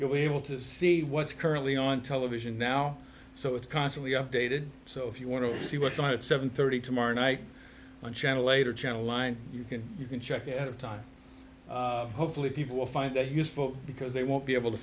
you'll be able to see what's currently on television now so it's constantly updated so if you want to see what's on it seven thirty tomorrow night one channel later channel line you can check the time hopefully people will find it useful because they won't be able to